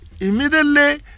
immediately